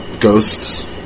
ghosts